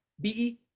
B-E